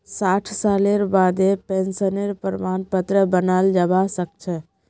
साठ सालेर बादें पेंशनेर प्रमाण पत्र बनाल जाबा सखछे